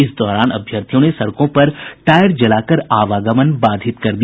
इस दौरान अभ्यर्थियों ने सड़कों पर टायर जलाकर आवागमन बाधित कर दिया